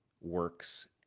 works